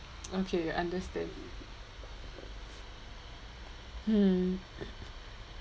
okay understand hmm